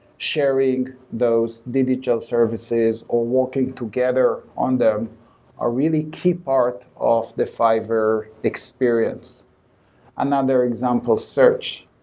sharing those digital services are working together on them are really key part of the fiverr experience another example, search.